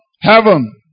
heaven